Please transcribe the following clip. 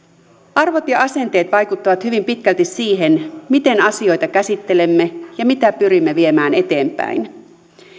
arvot ja asenteet vaikuttavat hyvin pitkälti siihen miten asioita käsittelemme ja mitä pyrimme viemään eteenpäin